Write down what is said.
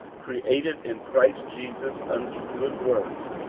created in christ jesus unto good works,